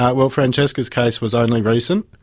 yeah well, francesca's case was only recent,